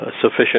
sufficient